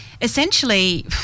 essentially